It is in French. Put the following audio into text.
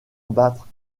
abattre